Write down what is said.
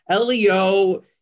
LEO